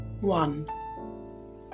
One